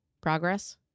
progress